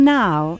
now